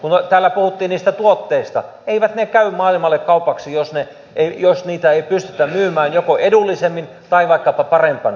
kun täällä puhuttiin niistä tuotteista eivät ne käy maailmalle kaupaksi jos niitä ei pystytä myymään joko edullisemmin tai vaikkapa parempana